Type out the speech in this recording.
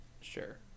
Sure